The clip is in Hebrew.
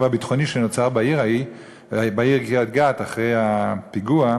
הביטחוני שנוצר בעיר קריית-גת אחרי הפיגוע: